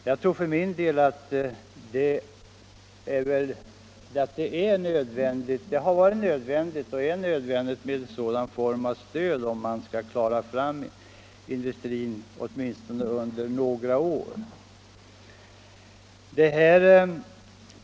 Jag tror för min del att det har varit och är nödvändigt med en sådan form av stöd om man skall klara industrin åtminstone under några år framöver.